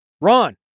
Ron